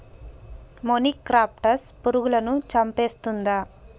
మొనిక్రప్టస్ పురుగులను చంపేస్తుందా?